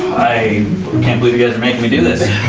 i can't believe you guys are making me do this.